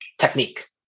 technique